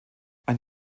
ein